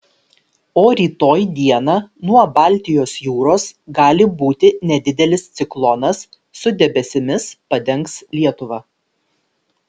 o rytoj dieną nuo baltijos jūros gali būti nedidelis ciklonas su debesimis padengs lietuvą